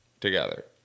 together